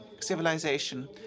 civilization